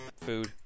Food